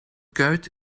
kuit